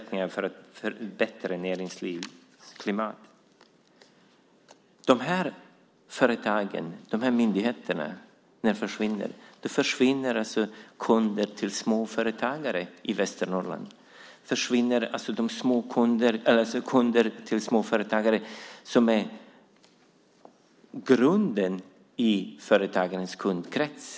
När dessa myndigheter försvinner, försvinner kunder till småföretagare i Västernorrland. Det är kunder som är grunden i småföretagarnas kundkrets.